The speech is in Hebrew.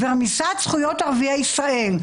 רמיסת זכויות ערביי ישראל,